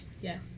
Yes